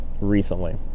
recently